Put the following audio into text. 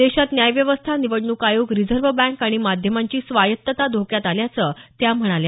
देशात न्यायव्यवस्था निवडणूक आयोग रिझर्व्ह बँक आणि माध्यमांची स्वायत्तता धोक्यात आल्याचं त्या म्हणाल्या